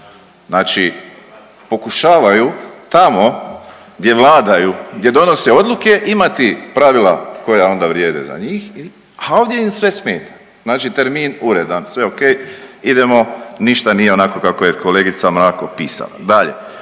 Znači pokušavaju tamo gdje vladaju gdje donose odluke imati pravila koja onda vrijede za njih, a ovdje im sve smeta. Znači termin uredan, sve ok, idemo ništa nije onako kako je kolegica Mrak opisala. Dalje,